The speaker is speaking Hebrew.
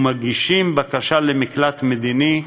ומגישים בקשה למקלט מדיני,